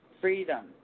freedom